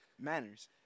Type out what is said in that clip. Manners